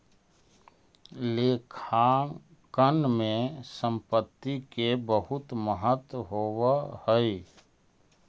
लेखांकन में संपत्ति के बहुत महत्व होवऽ हइ